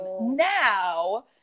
Now